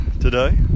today